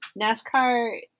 NASCAR